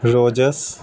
ਰੋਜਸ